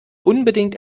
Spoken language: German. unbedingt